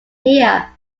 here